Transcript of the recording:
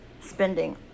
spending